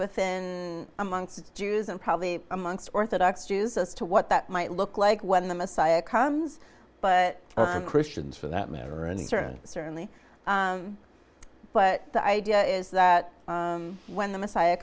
within amongst jews and probably amongst orthodox jews as to what that might look like when the messiah comes but christians for that matter and in turn certainly but the idea is that when the messiah